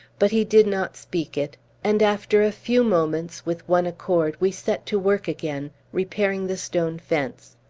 but he did not speak it and, after a few moments, with one accord, we set to work again, repairing the stone fence.